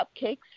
cupcakes